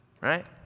Right